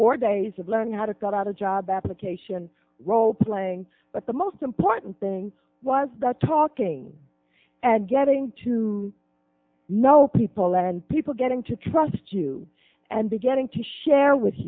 four days of learning how to cut out a job application role playing but the most important thing was that talking and getting to know people and people getting to trust you and beginning to share with